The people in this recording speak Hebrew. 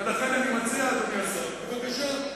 לכן אני מציע, אדוני השר, בבקשה,